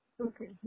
Okay